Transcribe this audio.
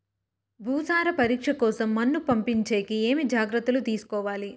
భూసార పరీక్ష కోసం మన్ను పంపించేకి ఏమి జాగ్రత్తలు తీసుకోవాలి?